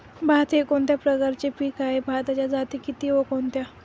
भात हे कोणत्या प्रकारचे पीक आहे? भाताच्या जाती किती व कोणत्या?